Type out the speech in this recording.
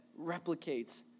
replicates